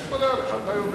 אני מתפלא עליך, אתה יודע.